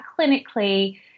clinically